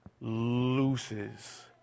loses